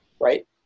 right